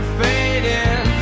fading